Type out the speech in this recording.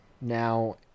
now